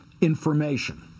information